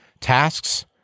tasks